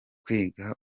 kwiga